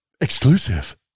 exclusive